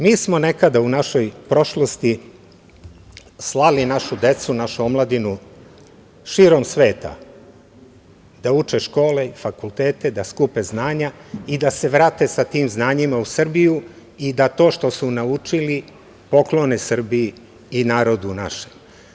Mi smo nekada u našoj prošlosti slali našu decu, našu omladinu, širom sveta da uče škole i fakultete, da skupe znanja i da se vrate sa tim znanjima u Srbiju i da to što su naučili poklone Srbiji i narodu našem.